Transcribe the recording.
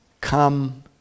come